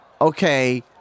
okay